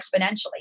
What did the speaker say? exponentially